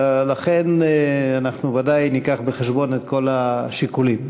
לכן אנחנו ודאי נביא בחשבון את כל השיקולים.